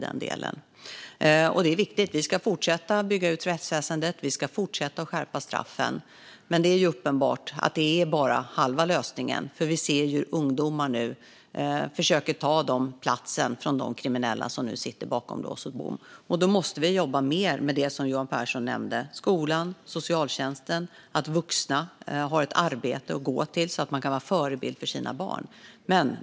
Det är viktigt att vi fortsätter att bygga ut rättsväsendet och skärpa straffen, men det är uppenbart att det bara är halva lösningen. Vi ser ju hur ungdomar försöker ta de fängslade kriminellas plats, och då måste vi jobba mer med det Johan Pehrson nämnde: skola och socialtjänst. Vi måste också se till att föräldrarna har ett arbete att gå till så att de kan vara förebilder för sina barn.